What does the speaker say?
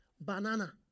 Banana